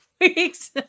weeks